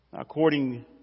According